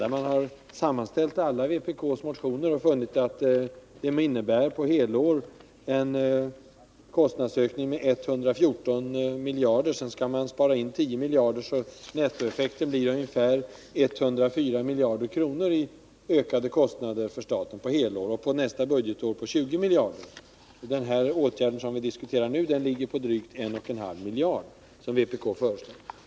"När alla vpk:s motioner har sammanställts, har man funnit att de för ett helt år innebär en kostnadsökning med 114 miljarder. Sedan skall man spara in 10 miljarder, så nettoeffekten blir ungefär 104 miljarder kronor i ökade kostnader för staten för helt år — och under nästa budgetår 20 miljarder. Den utgift som vi diskuterar nu, och som vpk föreslår, betyder drygt 1,5 miljarder.